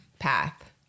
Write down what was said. path